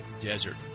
Desert